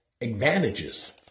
advantages